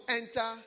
enter